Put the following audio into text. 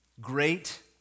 great